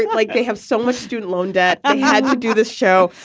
like they have so much student loan debt. i had to do this show.